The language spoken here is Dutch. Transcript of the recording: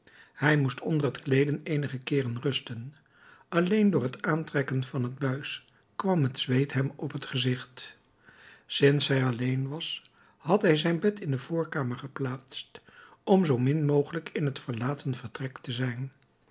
hij moest onder t kleeden eenige keeren rusten alleen door t aantrekken van het buis kwam het zweet hem op t gezicht sinds hij alleen was had hij zijn bed in de voorkamer geplaatst om zoo min mogelijk in het verlaten vertrek te zijn